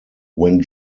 when